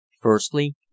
Firstly